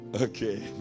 okay